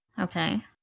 Okay